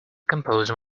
compose